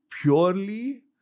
purely